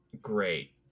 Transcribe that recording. great